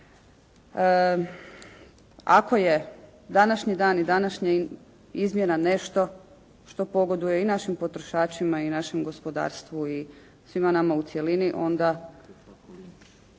Ako je današnji dan i današnja izmjena nešto što pogoduje i našim potrošačima i našem gospodarstvu i svima nama u cjelini, onda